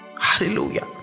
Hallelujah